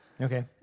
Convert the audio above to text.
Okay